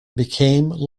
became